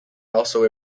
also